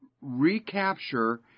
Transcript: recapture